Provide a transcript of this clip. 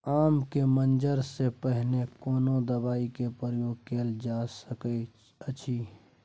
आम के मंजर से पहिले कोनो दवाई के प्रयोग कैल जा सकय अछि?